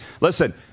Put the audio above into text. Listen